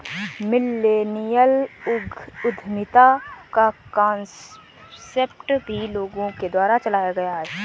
millennial उद्यमिता का concept भी लोगों के द्वारा चलाया गया है